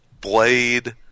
Blade